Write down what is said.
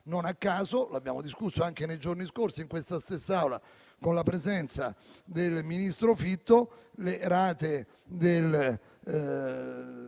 Non a caso, l'abbiamo discusso anche nei giorni scorsi in questa stessa Aula con la presenza del ministro Fitto, le rate del